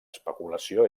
especulació